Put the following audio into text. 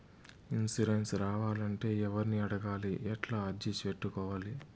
Insurance రావాలంటే ఎవర్ని అడగాలి? ఎట్లా అర్జీ పెట్టుకోవాలి?